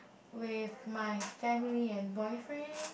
with my family and boyfriend